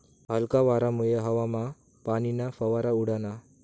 हलका वारामुये हवामा पाणीना फवारा उडना